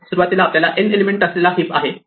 सुरुवातीला आपल्याकडे n element असलेला हीप आहे